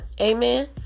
Amen